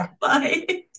Bye